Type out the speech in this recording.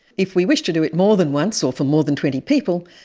if we wish to do it more than once or for more than twenty people,